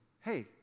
hey